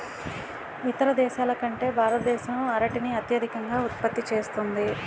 ఇతర దేశాల కంటే భారతదేశం అరటిని అత్యధికంగా ఉత్పత్తి చేస్తుంది